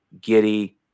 Giddy